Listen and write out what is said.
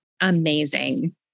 amazing